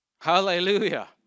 Hallelujah